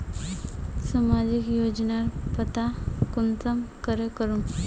सामाजिक योजनार पता कुंसम करे करूम?